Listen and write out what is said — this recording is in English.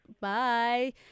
Bye